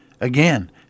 again